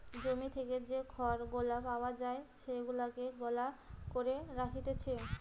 জমি থেকে যে খড় গুলা পাওয়া যায় সেগুলাকে গলা করে রাখতিছে